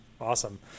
Awesome